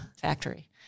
factory